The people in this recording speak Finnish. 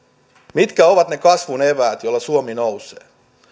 mitkä ovat ne kasvun eväät joilla suomi nousee